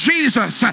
Jesus